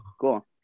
cool